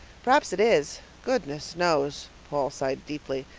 perhaps it is. goodness knows. paul sighed deeply.